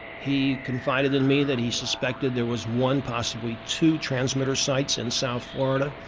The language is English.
he confided in me that he suspected there was one possibly two transmitters sites in south florida.